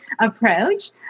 approach